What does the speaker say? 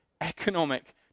economic